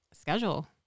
schedule